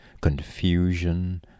confusion